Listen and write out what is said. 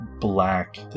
black